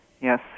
Yes